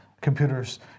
computers